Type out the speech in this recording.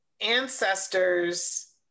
ancestors